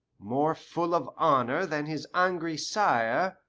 more full of honor than his angry sire,